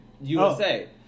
USA